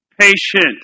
patient